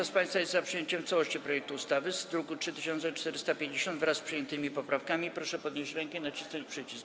Kto z państwa jest za przyjęciem w całości projektu ustawy z druku nr 3450 wraz z przyjętymi poprawkami, proszę podnieść rękę i nacisnąć przycisk.